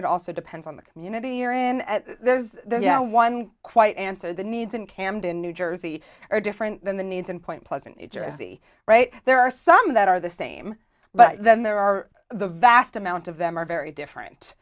it also depends on the community you're in there's no one quite answer the needs in camden new jersey are different than the needs and point pleasant new jersey right there are some that are the same but then there are the vast amount of them are very different